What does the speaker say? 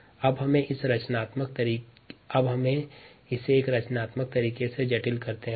refer slide time 1814 अब हम इसे एक रचनात्मक तरीके से जटिल करते हैं